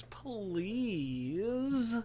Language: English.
please